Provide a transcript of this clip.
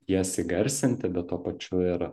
jas įgarsinti bet tuo pačiu ir